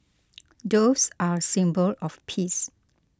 doves are a symbol of peace